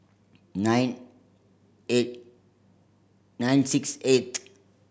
nine eight nine six eight